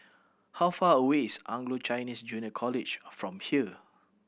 how far away is Anglo Chinese Junior College from here